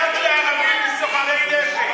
אמר "סוחרי נשק".